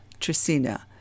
tresina